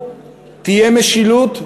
תהיה משילות,